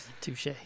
touche